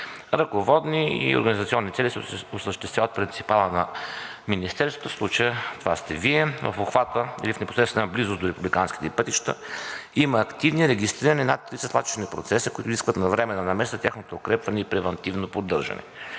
ръководни и организационни цели се осъществява от принципала на Министерството, в случая това сте Вие. В обхвата или в непосредствена близост до републиканските пътища има активни, регистрирани над 300 свлачищни процеса, които изискват навременна намеса за тяхното укрепване и превантивно поддържане.